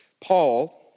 Paul